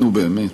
נו, באמת.